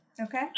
Okay